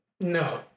No